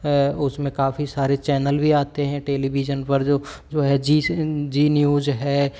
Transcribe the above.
उसमें काफ़ी सारे चैनल भी आते हैं टेलीविज़न पर जो जो है जी जी न्यूज़ है